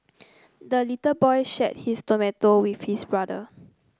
the little boy shared his tomato with his brother